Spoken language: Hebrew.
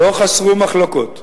לא חסרו מחלוקות.